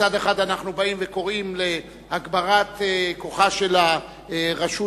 מצד אחד אנו קוראים להגברת כוחה של הרשות